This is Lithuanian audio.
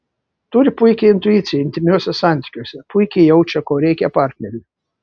turi puikią intuiciją intymiuose santykiuose puikiai jaučia ko reikia partneriui